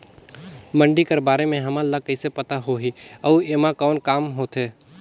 मंडी कर बारे म हमन ला कइसे पता होही अउ एमा कौन काम होथे?